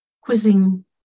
quizzing